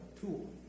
tool